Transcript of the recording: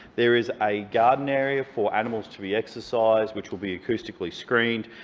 there is a garden area for animals to be exercised, which will be acoustically screened.